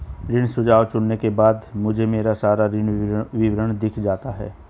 ऋण सुझाव चुनने के बाद मुझे मेरा सारा ऋण विवरण दिख जाता है